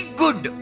good